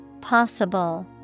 possible